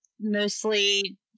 mostly